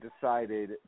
decided